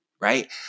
Right